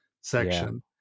section